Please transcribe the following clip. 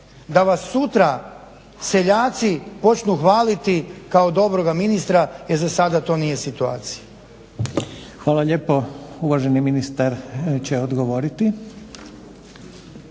da vas sutra seljaci počnu hvaliti kao dobroga ministra, jer za sada to nije situacija.